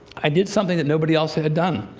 i did something that nobody else had done.